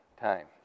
time